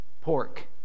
pork